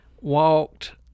walked